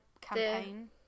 campaign